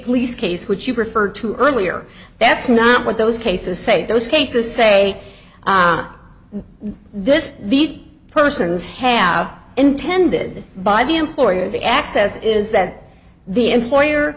police case which you referred to earlier that's not what those cases say those cases say this these persons have intended by the employer the access is that the employer